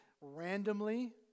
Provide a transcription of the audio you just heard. randomly